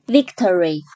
Victory